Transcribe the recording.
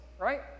right